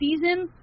season